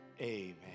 Amen